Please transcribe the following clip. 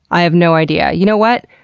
i have no idea. you know what?